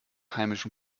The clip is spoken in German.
heimischen